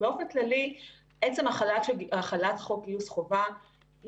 באופן כללי עצם החלת חוק גיוס חובה היא